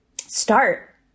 start